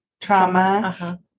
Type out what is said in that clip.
trauma